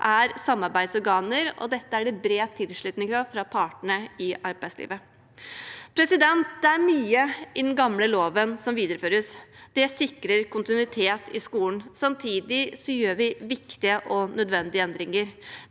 er samarbeidsorganer. Dette er det bred tilslutning til fra partene i arbeidslivet. Det er mye i den gamle loven som videreføres. Det sikrer kontinuitet i skolen. Samtidig gjør vi viktige og nødvendige endringer.